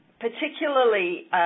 particularly